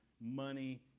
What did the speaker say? money